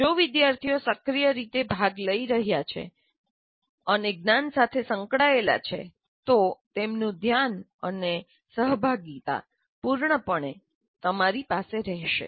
જો વિદ્યાર્થીઓ સક્રિય રીતે ભાગ લઈ રહ્યા છે અને જ્ઞાન સાથે સંકળાયેલા છે તો તેમનું ધ્યાન અને સહભાગીતા પૂર્ણપણે તમારી પાસે રહેશે